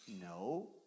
No